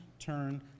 turn